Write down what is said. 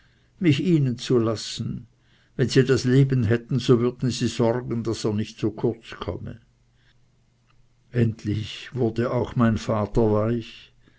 mich ihnen zu lassen wenn sie das leben hätten so würden sie sorgen daß er nicht zu kurz komme endlich wurde mein vater auch weich